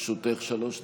לרשותך שלוש דקות,